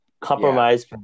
compromise